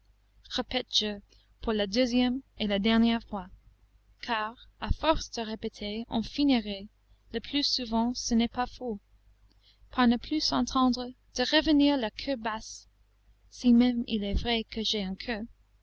pour la deuxième et la dernière fois car à force de répéter on finirait le plus souvent ce n'est pas faux par ne plus s'entendre de revenir la queue basse